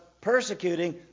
persecuting